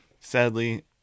Sadly